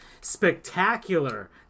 Spectacular